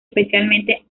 especialmente